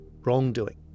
wrongdoing